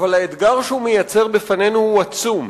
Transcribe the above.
וגם האתגר שהוא מציב בפנינו הוא עצום.